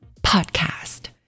podcast